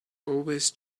always